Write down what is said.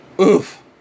Oof